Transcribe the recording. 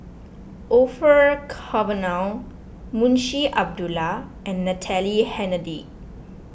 Orfeur Cavenagh Munshi Abdullah and Natalie Hennedige